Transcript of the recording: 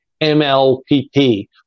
MLPP